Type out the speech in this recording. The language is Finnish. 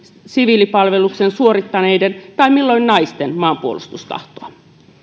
siviilipalveluksen suorittaneiden tai milloin naisten maanpuolustustahtoa